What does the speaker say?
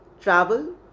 Travel